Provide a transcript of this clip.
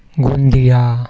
Gondia